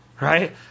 Right